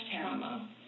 trauma